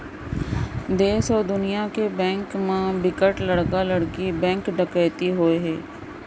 देस अउ दुनिया के बेंक म बिकट बड़का बड़का बेंक डकैती होए हे